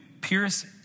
pierce